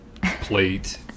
plate